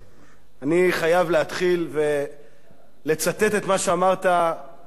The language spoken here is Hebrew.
אני חייב להתחיל ולצטט את מה שאמרת עד לא מזמן,